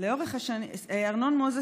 "ארנון מוזס,